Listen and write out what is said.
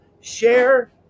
Share